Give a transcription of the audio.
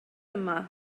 yma